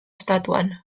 estatuan